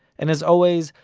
and as always,